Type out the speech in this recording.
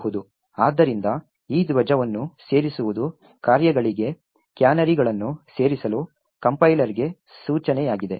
ಆದ್ದರಿಂದ ಈ ಧ್ವಜವನ್ನು ಸೇರಿಸುವುದು ಕಾರ್ಯಗಳಿಗೆ ಕ್ಯಾನರಿಗಳನ್ನು ಸೇರಿಸಲು ಕಂಪೈಲರ್ಗೆ ಸೂಚನೆಯಾಗಿದೆ